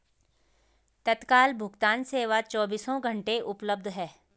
तत्काल भुगतान सेवा चोबीसों घंटे उपलब्ध है